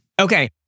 Okay